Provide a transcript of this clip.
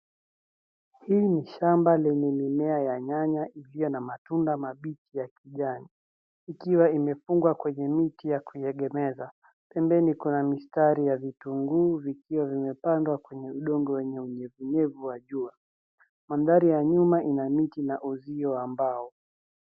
Hii ni shamba lenye mimea ya nyanya iliyo na matunda mabichi ya kijani, ikiwa imefungwa kwenye miti ya kuegemeza. Pembeni kuna mistari ya vitunguu vikiwa vimepandwa kwenye udongo wenye unyevunyevu wa jua. Mandhari ya nyuma ina miti na uzio wa mbao.